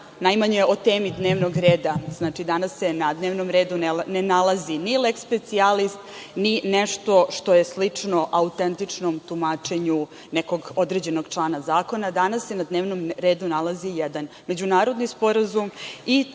najmanje o temi dnevnog reda. Znači, danas se na dnevnom redu ne nalazi ni leks specijalis, ni nešto što je slično autentičnom tumačenju nekog određenog člana zakona. Danas se na dnevnom redu nalazi jedan međunarodni sporazum